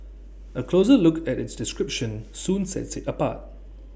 A closer look at its description soon sets IT apart